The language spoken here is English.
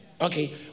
Okay